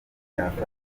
yafata